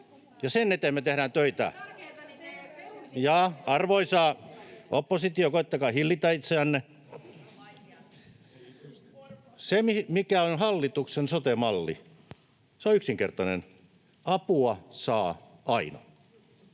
ja sen eteen me tehdään töitä. Ja — arvoisa oppositio, koettakaa hillitä itseänne — se, mikä on hallituksen sote-malli, se on yksinkertainen: apua saa aina.